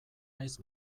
naiz